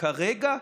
כרגע,